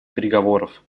переговоров